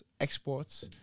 exports